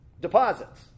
deposits